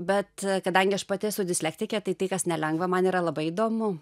bet kadangi aš pati esu dislektikė tai tai kas nelengva man yra labai įdomu